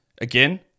Again